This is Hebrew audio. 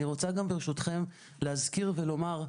אני רוצה גם ברשותכם להזכיר ולומר: